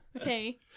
okay